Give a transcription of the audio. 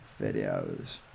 videos